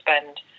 spend